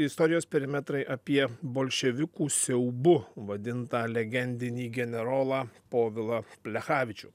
istorijos perimetrai apie bolševikų siaubu vadintą legendinį generolą povilą plechavičių